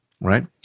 Right